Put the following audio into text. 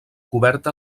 coberta